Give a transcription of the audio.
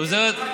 היא עוזרת,